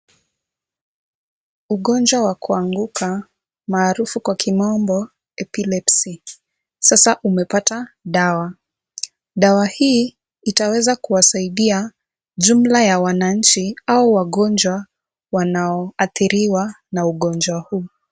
Ugonjwa wa kuanguka maarufu kwa kimombo epilepsy sasa umepata dawa. Dawa hii itaweza kuwasaidia jumla ya wananchi au wagonjwa wanaoathiriwa na ugonjwa huu.